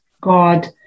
God